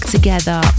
Together